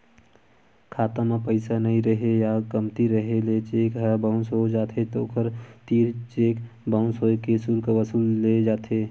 खाता म पइसा नइ रेहे या कमती रेहे ले चेक ह बाउंस हो जाथे, ओखर तीर चेक बाउंस होए के सुल्क वसूले जाथे